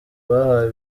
bahawe